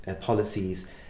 policies